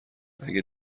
اگه